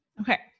Okay